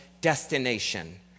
destination